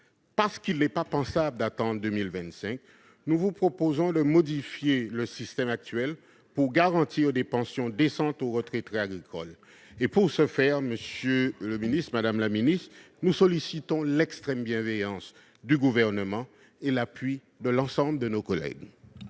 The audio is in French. Parce qu'il n'est pas pensable d'attendre 2025, nous vous proposons de modifier le système actuel, afin de garantir des pensions décentes aux retraités agricoles. Pour ce faire, monsieur le secrétaire d'État, madame la ministre, nous sollicitons l'extrême bienveillance du Gouvernement et l'appui de l'ensemble de nos collègues.